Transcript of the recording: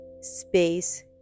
space